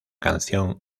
canción